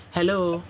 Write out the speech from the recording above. Hello